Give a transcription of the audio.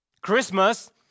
Christmas